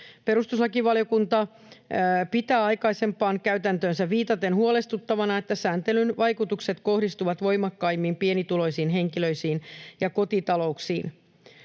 Perustuslakivaliokunta pitää aikaisempaan käytäntöönsä viitaten huolestuttavana, että sääntelyn vaikutukset kohdistuvat voimakkaimmin pienituloisiin henkilöihin ja kotitalouksiin.